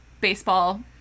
baseball